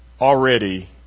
already